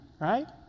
right